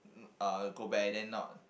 mm uh go back and then not